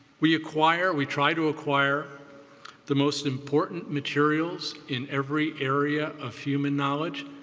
we acquire, we try to acquire the most important materials in every area of human knowledge.